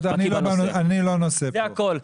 אני לא הנושא כאן.